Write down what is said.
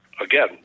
again